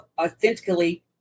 authentically